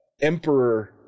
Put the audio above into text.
Emperor